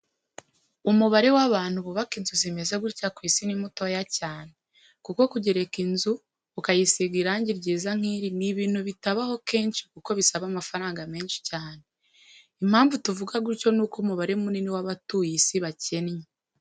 Umubare w'abantu bubaka inzi zimeze gutya ku isi ni motoya cyako kuko kugereka inzu, ukayisiga irangi ryiza nkiri ni ibintu bitabaho kenshi kuko isaba amafaranga menshi cyane. Impamvu tuvuga gutyo ni uko umubare munini w'abatuye isi bakennye.